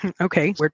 okay